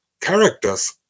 characters